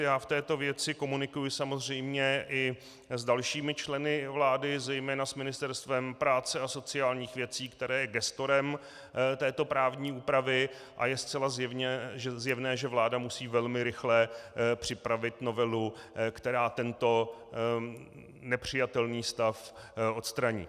Já v této věci komunikuji samozřejmě i s dalšími členy vlády, zejména s Ministerstvem práce a sociálních věcí, které je gestorem této právní úpravy, a je zcela zjevné, že vláda musí velmi rychle připravit novelu, která tento nepřijatelný stav odstraní.